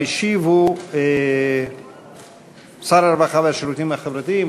המשיב הוא שר הרווחה והשירותים החברתיים,